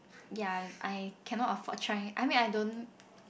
ya I cannot afford trying I mean I don't